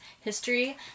history